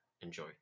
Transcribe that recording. Enjoy